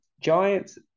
Giants